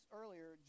earlier